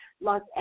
Los